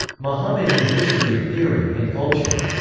muhammad in history, theory, and culture.